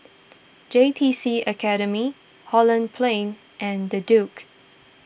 J T C Academy Holland Plain and the Duke